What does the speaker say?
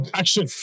action